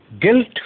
Guilt